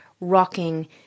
rocking